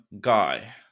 guy